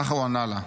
ככה הוא ענה לה: